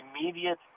immediate